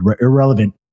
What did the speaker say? irrelevant